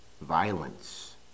Violence